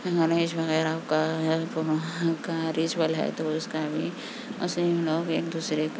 گنیش وغیرہ کا ریچول ہے تو اس کا بھی اس میں لوگ ایک دوسرے